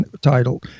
title